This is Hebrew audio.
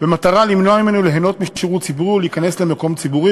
במטרה למנוע ממנו ליהנות משירות ציבורי או להיכנס למקום ציבורי,